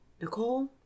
Nicole